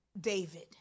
David